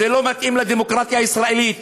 זה לא מתאים לדמוקרטיה הישראלית.